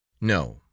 No